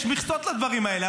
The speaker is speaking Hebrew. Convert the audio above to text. יש מכסות לדברים האלה.